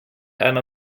einer